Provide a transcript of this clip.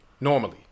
Normally